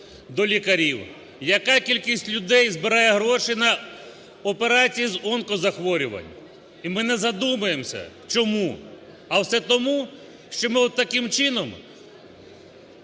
до лікарів, яка кількість людей збирає гроші на операції з онкозахворювань. І ми не задумуємося, чому. А все тому, що ми от таким чином